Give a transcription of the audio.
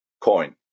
coin